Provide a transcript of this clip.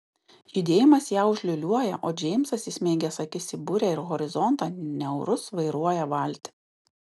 judėjimas ją užliūliuoja o džeimsas įsmeigęs akis į burę ir horizontą niaurus vairuoja valtį